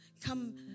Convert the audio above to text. come